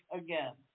again